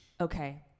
Okay